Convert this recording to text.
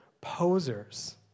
posers